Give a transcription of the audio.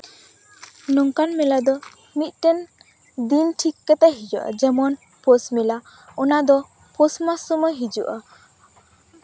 ᱱᱚᱝᱠᱟᱱ ᱢᱮᱞᱟ ᱫᱚ ᱢᱤᱫᱴᱮᱱ ᱫᱤᱱ ᱴᱷᱤᱠ ᱠᱟᱛᱮ ᱦᱩᱭᱩᱜᱼᱟ ᱡᱮᱢᱚᱱ ᱯᱳᱥᱢᱮᱞᱟ ᱚᱱᱟᱫᱚ ᱯᱳᱥᱢᱟᱥ ᱥᱚᱢᱚᱭ ᱦᱤᱡᱩᱜᱼᱟ